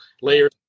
layers